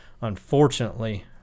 Unfortunately –